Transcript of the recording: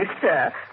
sir